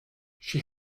she